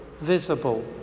visible